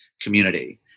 community